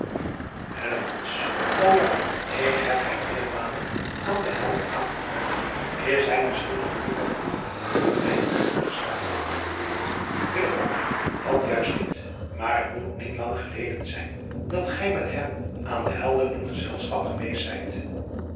a ik heb hem meermalen aan de elder aangetroffen s hij misschien de gelukkige man die mij in den weg staat at juist niet maar het moet niet lang geleden zijn dat gij met hem aan de elder in gezelschap geweest zijt